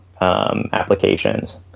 applications